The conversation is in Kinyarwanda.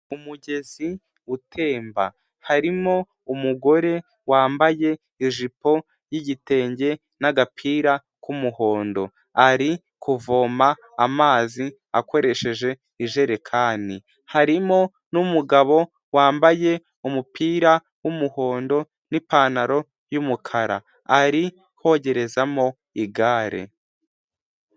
Umugezi utemba harimo umugore wambaye ijipo y'igitenge n'agapira k'umuhondo ari kuvoma amazi akoresheje ijerekani, harimo n'umugabo wambaye umupira w'umuhondo n'ipantaro y'umukara ari kogerezamo igare.